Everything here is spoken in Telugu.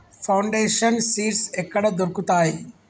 ఫౌండేషన్ సీడ్స్ ఎక్కడ దొరుకుతాయి?